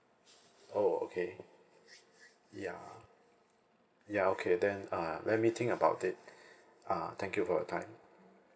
oh okay ya ya okay then uh let me think about it uh thank you for your time